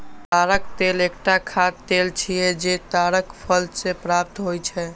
ताड़क तेल एकटा खाद्य तेल छियै, जे ताड़क फल सं प्राप्त होइ छै